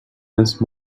missed